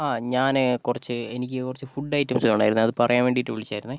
ആ ഞാൻ കുറച്ച് എനിക്ക് കുറച്ചു ഫുഡ് ഐറ്റംസ് വേണമായിരുന്നെ അതു പറയാൻ വേണ്ടിയിട്ടു വിളിച്ചതായിരുന്നെ